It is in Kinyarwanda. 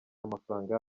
amafaranga